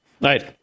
right